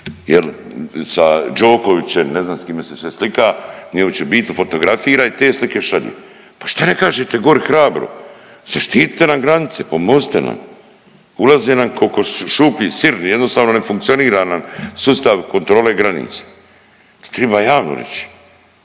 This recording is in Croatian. sa Đokovićem, ne znam s kime se sve slika. Nije uopće bitno, fotografira i te slike šalje. Pa šta ne kažete gore hrabro, zaštite nam granice, pomozite nam. Ulaze nam ko kroz šuplji sir. Jednostavno ne funkcionira nam sustav kontrole granica. To triba javno reći.